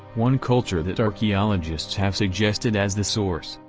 one culture that archaeologists have suggested as the source,